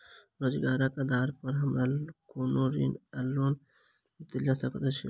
रोजगारक आधार पर हमरा कोनो ऋण वा लोन देल जा सकैत अछि?